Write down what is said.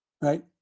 right